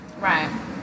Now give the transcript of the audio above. Right